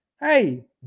Hey